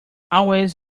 always